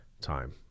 time